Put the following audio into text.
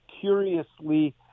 curiously